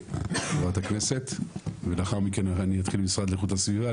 חברת הכנסת ולאחר מכן אני אתחיל עם המשרד לאיכות הסביבה,